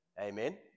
Amen